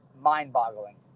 mind-boggling